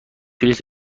بلیط